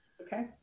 Okay